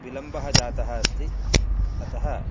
विलम्बः जातः अस्ति अतः